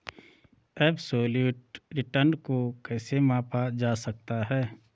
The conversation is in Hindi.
एबसोल्यूट रिटर्न को कैसे मापा जा सकता है?